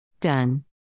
done